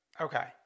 Okay